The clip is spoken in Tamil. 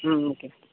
ம் ஓகே மேம்